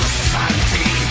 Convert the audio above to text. society